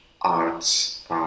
arts